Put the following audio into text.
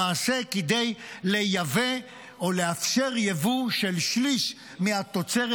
למעשה, כדי לייבא או לאפשר יבוא של שליש מהתוצרת.